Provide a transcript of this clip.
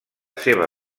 seva